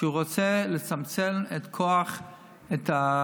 הוא רוצה לצמצם את כוח החרדים.